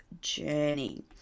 journey